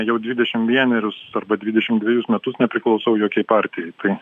jau dvidešim vienerius arba dvidešim dvejus metus nepriklausau jokiai partijai tai